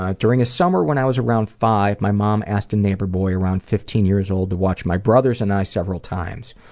ah during a summer when i was around five, my mom asked a neighbor boy around fifteen years old to watch my brothers and i several times.